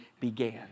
began